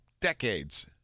decades